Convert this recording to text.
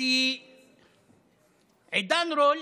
כי עידן רול